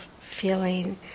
feeling